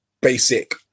basic